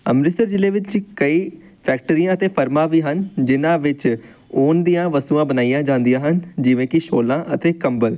ਅੰਮ੍ਰਿਤਸਰ ਜ਼ਿਲ੍ਹੇ ਵਿੱਚ ਕਈ ਫੈਕਟਰੀਆਂ ਅਤੇ ਫਰਮਾਂ ਵੀ ਹਨ ਜਿਹਨਾਂ ਵਿੱਚ ਉੱਨ ਦੀਆਂ ਵਸਤੂਆਂ ਬਣਾਈਆਂ ਜਾਂਦੀਆਂ ਹਨ ਜਿਵੇਂ ਕਿ ਸ਼ੋਲਾਂ ਅਤੇ ਕੰਬਲ